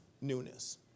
newness